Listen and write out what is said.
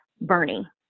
Bernie